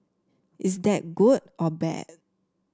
is that good or bad